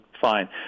fine